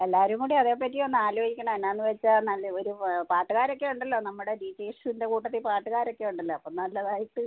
എല്ലാവരും കൂടെ അതേ പറ്റിയൊന്ന് ആലോചിക്കണം എന്താണെന്ന് വെച്ചാൽ നല്ല ഒരു പാട്ടുകാരൊക്കെ ഉണ്ടല്ലോ നമ്മുടെ ജിതേഷിൻ്റെ കൂട്ടത്തിൽ പാട്ടുകാരൊക്കെ ഉണ്ടല്ലോ അപ്പം നല്ലതായിട്ട്